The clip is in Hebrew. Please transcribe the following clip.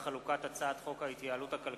אני קובע שהצעת חוק התקשורת (המשך שידורי